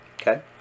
Okay